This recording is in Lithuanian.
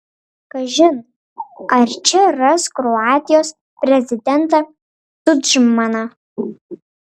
kažin ar čia ras kroatijos prezidentą tudžmaną